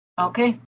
Okay